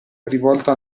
rivolto